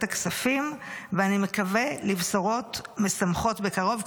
הכספים ואני מקווה לבשורות משמחות בקרוב.